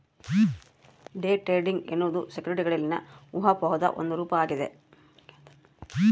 day trading ಎನ್ನುವುದು ಸೆಕ್ಯುರಿಟಿಗಳಲ್ಲಿನ ಊಹಾಪೋಹದ ಒಂದು ರೂಪ ಆಗ್ಯದ